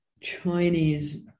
Chinese